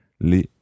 Les